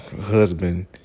husband